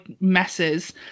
messes